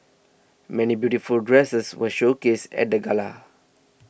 many beautiful dresses were showcased at the gala